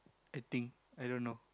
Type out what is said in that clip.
I think I don't know